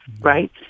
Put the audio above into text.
right